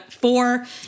four